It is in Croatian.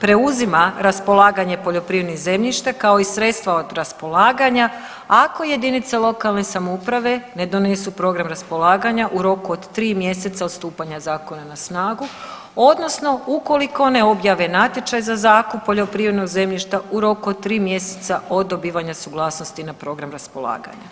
preuzima raspolaganje poljoprivrednim zemljištem kao i sredstva od raspolaganja ako jedinice lokalne samouprave ne donesu program raspolaganja u roku od 3 mjeseca od stupanja zakona na snagu odnosno ukoliko ne objave natječaj za zakup poljoprivrednog zemljišta u roku od 3 mjeseca od dobivanja suglasnosti na program raspolaganja.